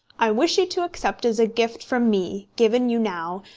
i wish you to accept as a gift from me, given you now,